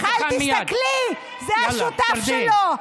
מיכל, תסתכלי, זה השותף שלך.